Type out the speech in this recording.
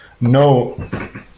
No